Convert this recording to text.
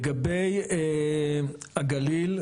לגבי הגליל,